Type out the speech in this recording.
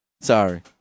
Sorry